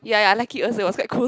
ya ya I like it also it was quite cool